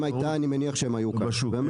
אם הייתה אני מניח שהם היו כאן והם לא.